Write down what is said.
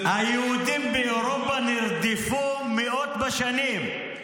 זה --- היהודים באירופה נרדפו מאות בשנים,